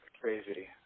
crazy